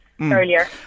earlier